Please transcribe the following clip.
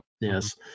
Yes